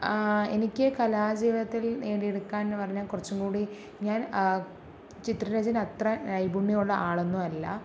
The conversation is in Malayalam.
എനിക്ക് കലാജീവിതത്തിൽ നേടിയെടുക്കാനെന്ന് പറഞ്ഞാൽ കുറച്ചും കൂടി ഞാൻ ചിത്രരചന അത്ര നൈപുണ്യമുള്ള ആളൊന്നും അല്ല